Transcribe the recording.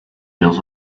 deals